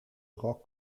rock